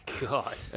god